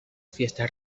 fiesta